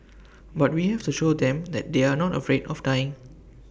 but we have to show them that they are not afraid of dying